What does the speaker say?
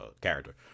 character